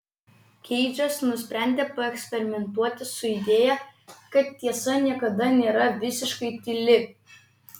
keidžas nusprendė paeksperimentuoti su idėja kad tiesa niekada nėra visiškai tyli